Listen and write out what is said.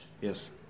Yes